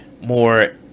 more